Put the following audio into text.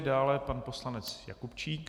Dále pan poslanec Jakubčík.